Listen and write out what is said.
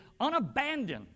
unabandoned